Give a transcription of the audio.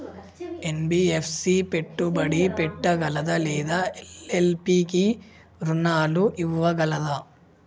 NBFC పెట్టుబడి పెట్టగలదా లేదా ఎల్.ఎల్.పి కి రుణాలు ఇవ్వగలదా?